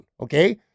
Okay